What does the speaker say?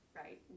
right